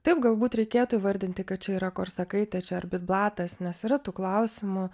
taip galbūt reikėtų įvardinti kad čia yra korsakaitė čia ar bitblatas nes yra tų klausimų